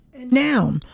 Now